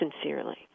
sincerely